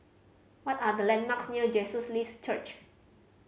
what are the landmarks near Jesus Lives Church